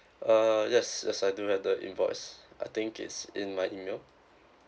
uh yes yes I do have the invoice I think it's in my email